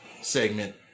segment